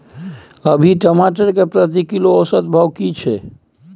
अभी टमाटर के प्रति किलो औसत भाव की छै?